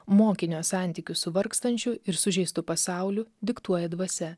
mokinio santykius su vargstančiu ir sužeistu pasauliu diktuoja dvasia